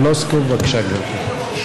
חברת הכנסת טלי פלוסקוב, בבקשה, גברתי.